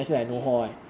okay